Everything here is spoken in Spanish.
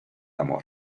amor